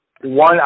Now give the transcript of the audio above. One